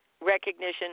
Recognition